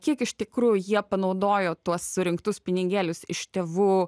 kiek iš tikrųjų jie panaudojo tuos surinktus pinigėlius iš tėvų